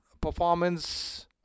performance